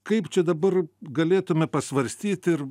kaip čia dabar galėtume pasvarstyt ir